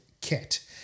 kit